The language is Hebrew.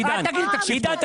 עידן,